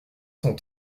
cent